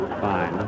Fine